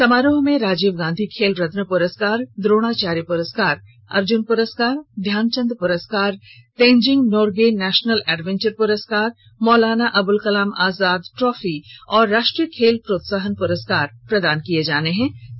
समारोह में राजीव गांधी खेल रत्न पुरस्कार द्रोणाचार्य पुरस्कार अर्जुन पुरस्कार ध्यानचंद प्रस्कार तेंजिंग नोर्ग नेशनल एडवेंचर पुरस्कार मौलाना अबुल कलाम आजाद ट्रॉफी और राष्ट्रीय खेल प्रोत्साहन पुरस्कार प्रदान किये जाएंगे